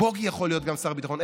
גם בוגי יכול להיות שר ביטחון.